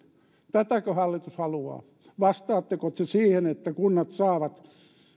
tätäkö hallitus haluaa vastaatteko te siihen että kunnat saavat